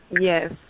Yes